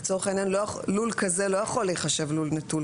לצורך העניין לול כזה לא יכול להיחשב לול נטול